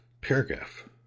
paragraph